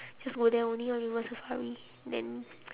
just go there only ah river-safari then